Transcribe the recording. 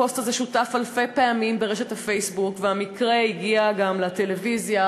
הפוסט הזה שותף אלפי פעמים ברשת הפייסבוק והמקרה הגיע גם לטלוויזיה,